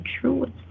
truest